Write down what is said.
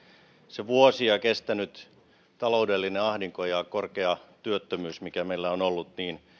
se vuosia kestänyt taloudellinen ahdinko ja korkea työttömyys mikä meillä on ollut